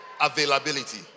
availability